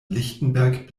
lichtenberg